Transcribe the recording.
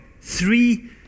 Three